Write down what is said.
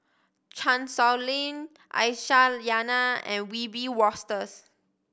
Chan Sow Lin Aisyah Lyana and Wiebe Wolters